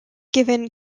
given